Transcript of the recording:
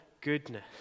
goodness